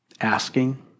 asking